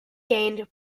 gained